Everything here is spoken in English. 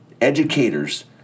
educators